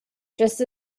just